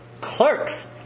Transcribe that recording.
Clerks